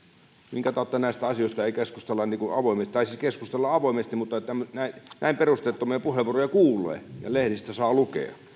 minkä tautta näistä asioista ei keskustella niin kuin avoimesti tai siis keskustellaan avoimesti mutta näin näin perusteettomia puheenvuoroja kuulee ja lehdistä saa lukea